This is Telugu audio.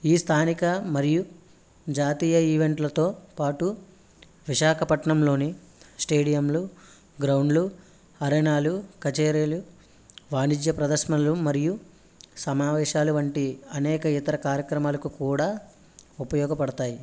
ఈ స్థానిక మరియు జాతీయ ఈవెంట్లతో పాటు విశాఖపట్నంలోని స్టేడియంలు గ్రౌండ్లు అరేనాలు కచేరీలు వాణిజ్య ప్రదర్శనలు మరియు సమావేశాలు వంటి అనేక ఇతర కార్యక్రమాలు కూడా ఉపయోగపడతాయి